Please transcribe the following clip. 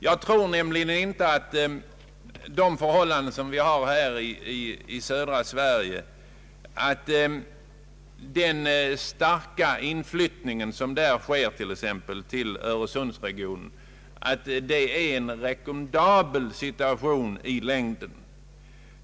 Jag tror nämligen inte att de förhållanden som råder i södra Sverige på detta område — t.ex. den starka inflyttningen till Öresundsregionen — är någonting att rekommendera i längden.